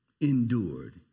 endured